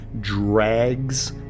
drags